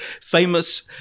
famous